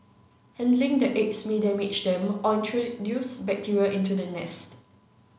handling the eggs may damage them or introduce bacteria into the nest